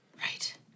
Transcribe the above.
Right